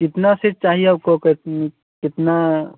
कितनी सीट चाहिए आपको कॉटन में कितना